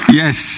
yes